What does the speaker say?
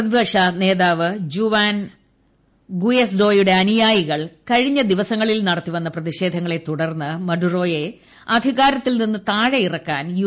പ്രതിപക്ഷ നേതാവ് ജുവാൻ ഗുഎയ്ഡോയുടെ അനുയായികൾ കഴിഞ്ഞ ദിവസങ്ങളിൽ നടത്തിവന്ന പ്രതിഷേധങ്ങളെ തുടർന്ന് മഡ്റോയെ അധികാരത്തിൽ നിന്ന് താഴെയിറക്കാൻ യു